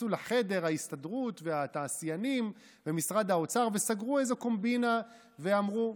נכנסו לחדר ההסתדרות והתעשיינים ומשרד האוצר וסגרו איזו קומבינה ואמרו,